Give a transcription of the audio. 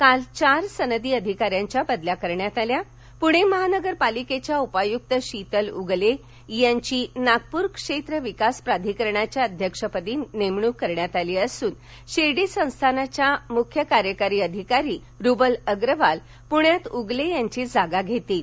काल चार सनदी अधिकार्यांच्या बदल्या करण्यात आल्या पुणे महानगरपालिकेच्या उपायुक्त शीतल उगले यांची नागपूर क्षेत्रविकास प्राधिकरणाच्या अध्यक्षपदी नेमणुक करण्यात आली असून शिर्डी संस्थानच्या मुख्य कार्यकारी अधिकारी रुबल अग्रवाल पुण्यात उगले यांची जागा घेतील